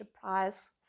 prize